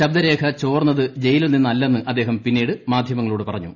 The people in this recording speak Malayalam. ശബ്ദരേഖ ചോർന്നത് ജയിലിൽ നിന്ന് അല്ലെന്ന് അദ്ദേഹം പിന്നീട് മാധ്യമങ്ങളോട് പറഞ്ഞു